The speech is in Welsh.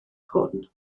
hwn